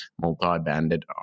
multi-banded